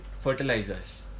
fertilizers